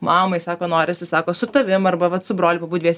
mamai sako norisi sako su tavim arba vat su broliu pabūt dviese